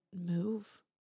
move